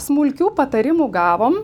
smulkių patarimų gavom